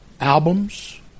albums